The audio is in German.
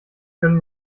können